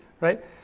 right